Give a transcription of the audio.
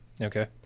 Okay